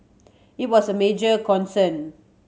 it was a major concern